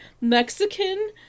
Mexican